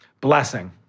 blessing